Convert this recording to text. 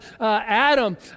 Adam